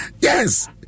Yes